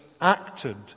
acted